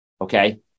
okay